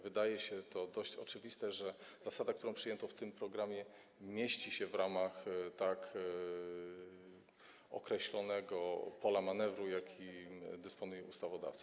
Wydaje się dość oczywiste, że zasada, którą przyjęto w tym programie, mieści się w ramach tak określonego pola manewru, jakim dysponuje ustawodawca.